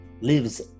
lives